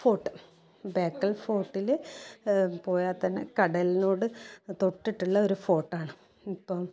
fort Bekal ഫോർട്ടില് പോയാൽ തന്നെ കടലിനോട് തൊട്ടിട്ടുള്ള ഒരു ഫോർട്ടാണ് ഇപ്പം